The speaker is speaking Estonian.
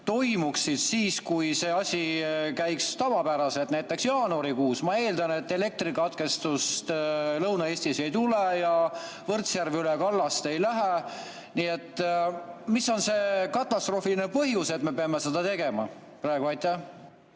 toimuksid siis, kui see asi käiks tavapäraselt, näiteks jaanuarikuus? Ma eeldan, et elektrikatkestust Lõuna-Eestis ei tule ja Võrtsjärv üle kallaste ei lähe. Nii et mis on see katastroofiline põhjus, et me peame seda tegema praegu? Tänan!